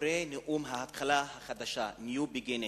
מאחורי נאום ההתחלה החדשה, new beginning,